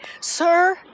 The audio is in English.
sir